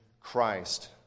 Christ